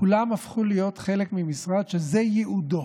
כולם הפכו להיות חלק ממשרד שזה ייעודו.